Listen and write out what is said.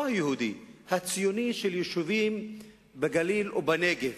לא היהודי, הציוני, של יישובים בגליל ובנגב.